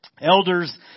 Elders